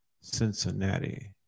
Cincinnati